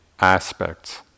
aspects